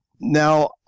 Now